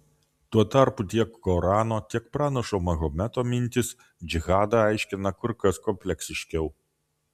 tuo tarpu tiek korano tiek pranašo mahometo mintys džihadą aiškina kur kas kompleksiškiau